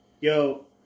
Yo